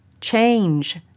change